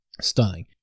stunning